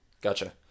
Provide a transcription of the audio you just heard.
gotcha